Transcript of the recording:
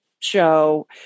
show